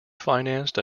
financed